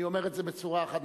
אני אומר את זה בצורה חד-משמעית,